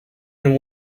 and